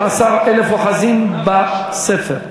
כתוב: ויהי לדוד שנים-עשר אלף חלוצי צבא ושנים-עשר אלף אוחזים בספר.